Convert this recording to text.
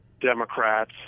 Democrats